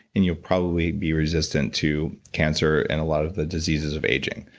and you'll probably be resistant to cancer and a lot of the diseases of aging.